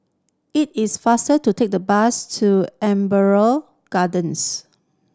it is faster to take the bus to Amber Gardens